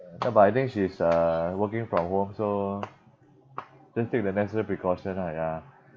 ya but I think she's uh working from home so just take the necessary precaution ah ya